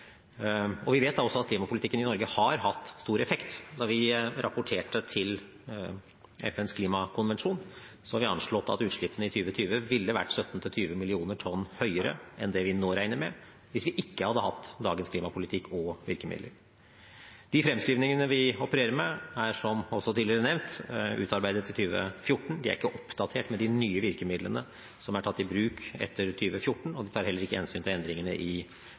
Vi vet da også at klimapolitikken i Norge har hatt stor effekt. Da vi rapporterte til FNs klimakonvensjon, anslo vi at utslippene i 2020 ville vært 17–20 millioner tonn høyere enn det vi nå regner med, hvis vi ikke hadde hatt dagens klimapolitikk og virkemidler. De fremskrivningene vi opererer med, er, som også tidligere nevnt, utarbeidet i 2014. De er ikke oppdatert med de nye virkemidlene som er tatt i bruk etter 2014, og de tar heller ikke hensyn til endringene i